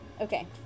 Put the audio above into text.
okay